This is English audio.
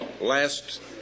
last